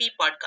podcast